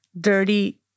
dirty